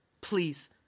Please